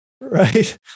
Right